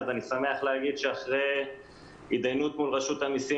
אז אני שמח להגיד שאחרי התדיינות מול רשות המסים,